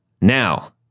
now